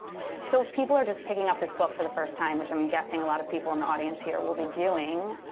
so if people are just picking up this book for the first time, which i'm guessing a lot of people in the audience here will be doing,